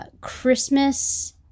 Christmas